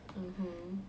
mmhmm